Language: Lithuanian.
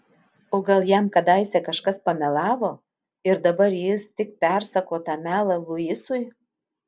o gal jam kadaise kažkas pamelavo ir dabar jis tik persako tą melą luisui